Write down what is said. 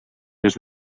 des